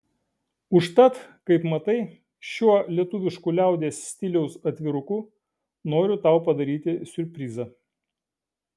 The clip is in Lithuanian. užtat kaip matai šiuo lietuvišku liaudies stiliaus atviruku noriu tau padaryti siurprizą